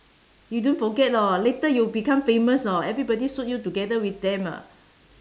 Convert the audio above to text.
you don't forget lor later you become famous orh everybody shoot you together with them ah